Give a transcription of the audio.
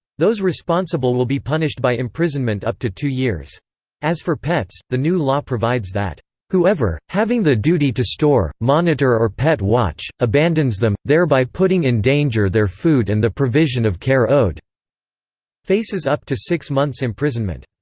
those responsible will be punished by imprisonment up to two years as for pets, the new law provides that whoever, having the duty to store, monitor or pet watch, abandons them, thereby putting in danger their food and the provision of care owed faces up to six months imprisonment.